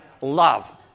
love